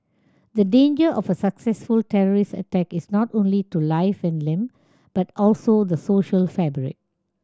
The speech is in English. the danger of a successful terrorist attack is not only to life and limb but also the social fabric